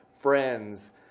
friends